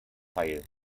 teil